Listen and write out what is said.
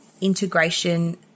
integration